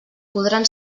podran